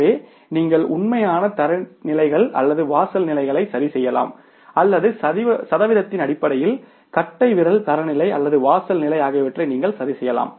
எனவே நீங்கள் உண்மையான தரநிலைகள் அல்லது வாசல் நிலைகளை சரிசெய்யலாம் அல்லது சதவீதத்தின் அடிப்படையில் கட்டைவிரல் தரநிலை அல்லது வாசல் நிலை ஆகியவற்றை நீங்கள் சரிசெய்யலாம்